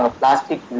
plastic